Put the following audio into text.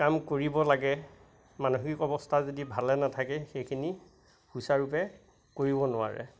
কাম কৰিব লাগে মানসিক অৱস্থা যদি ভালে নাথাকে সেইখিনি সুচাৰুৰূপে কৰিব নোৱাৰে